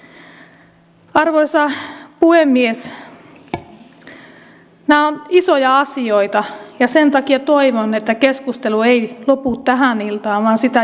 nämä ovat isoja asioita ja sen takia toivon että keskustelu ei lopu tähän iltaan vaan sitä jatketaan